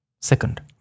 Second